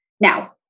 Now